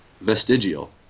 vestigial